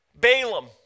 Balaam